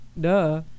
Duh